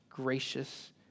gracious